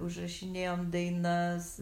užrašinėjom dainas